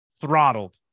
throttled